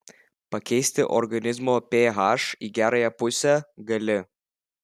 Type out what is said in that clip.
pakeisti organizmo ph į gerąją pusę gali